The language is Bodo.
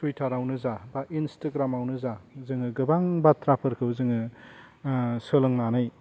टुइटारावनो जा बा इन्सटाग्रामावनो जा जोङो गोबां बाथ्राफोरखौ जोङो सोलोंनानै